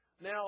Now